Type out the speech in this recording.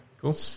Cool